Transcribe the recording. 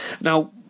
now